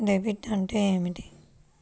Debit అంటే ఏమిటి?